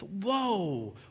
Whoa